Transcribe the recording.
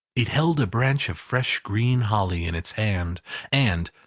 it held a branch of fresh green holly in its hand and,